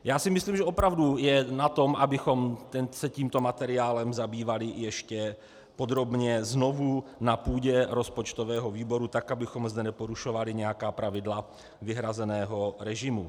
Já si myslím, že opravdu je zapotřebí, abychom se tímto materiálem zabývali ještě podrobně znovu na půdě rozpočtového výboru, tak abychom zde neporušovali nějaká pravidla vyhrazeného režimu.